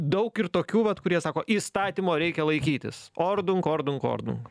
daug ir tokių vat kurie sako įstatymo reikia laikytis ordung ordung ordung